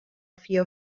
fear